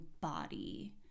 body